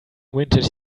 vintage